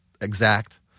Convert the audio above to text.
exact